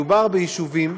מדובר ביישובים